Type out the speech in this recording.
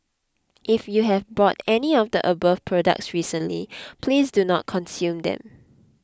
if you have bought any of the above products recently please do not consume them